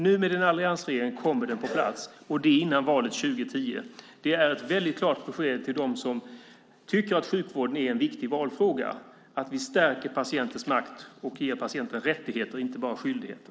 Nu med en alliansregering kommer den på plats, och det före valet 2010. Det är ett klart besked till dem som tycker att sjukvården är en viktig valfråga att vi stärker patientens makt och ger patienter rättigheter, inte bara skyldigheter.